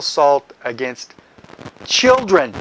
assault against children